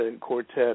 quartet